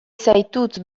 zaitut